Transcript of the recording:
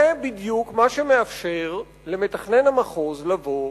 זה בדיוק מה שמאפשר למתכנן המחוז לבוא,